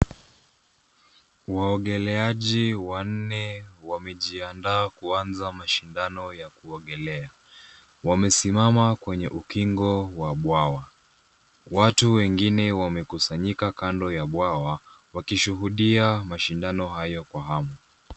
Waogeleaji wanne wamejiandaa kuanza mashindano ya kuogelea. Wamesimama kwenye ukingo wa bwawa. Watu wengine wamekusanyika kando ya bwawa, wakishuhudia mashindano hayo kwa hamu.